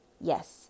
yes